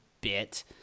bit